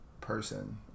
person